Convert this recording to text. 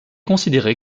considéré